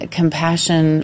compassion